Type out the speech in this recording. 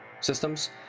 systems